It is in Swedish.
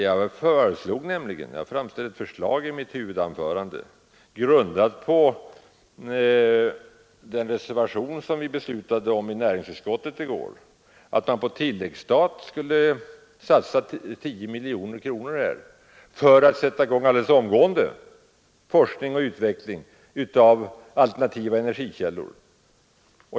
Jag framställde nämligen i mitt slutanförande ett förslag grundat på den reservation som vi beslöt om i näringsutskottet i går, att man på tilläggsstat skulle satsa 10 miljoner kronor för att genast sätta i gång forskningen om och utvecklingen av alternativa energikällor.